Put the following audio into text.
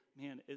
man